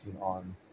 on